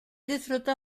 disfruta